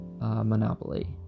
Monopoly